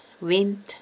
wind